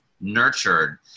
nurtured